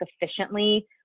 efficiently